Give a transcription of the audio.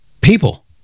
people